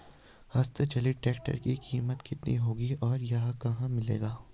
हस्त चलित ट्रैक्टर की कीमत कितनी होगी और यह कहाँ मिलेगा?